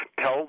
tell